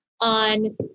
on